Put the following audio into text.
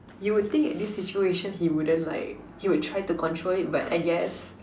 you would think at this situation he wouldn't like he would try to control it but I guess